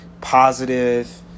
positive